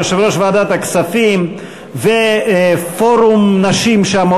יושב-ראש ועדת הכספים ופורום הנשים שם,